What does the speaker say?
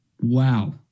Wow